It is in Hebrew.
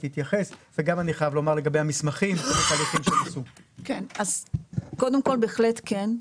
גם אני חייב לומר לגבי המסמכים --- קודם כל בהחלט כן.